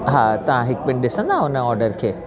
हा तव्हां हिकु मिंट ॾिसंदव उन ऑडर खे